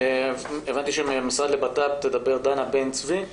הבנתי שמהמשרד לביטחון פנים תדבר דנה בן צבי,